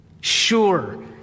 sure